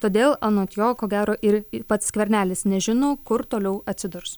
todėl anot jo ko gero ir pats skvernelis nežino kur toliau atsidurs